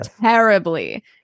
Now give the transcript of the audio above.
terribly